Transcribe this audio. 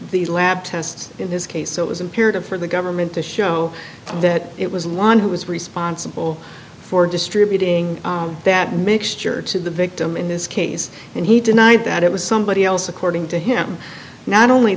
the lab tests in this case so it was imperative for the government to show that it was one who was responsible for distributing that mixture to the victim in this case and he denied that it was somebody else according to him not only